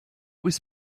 was